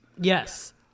yes